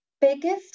biggest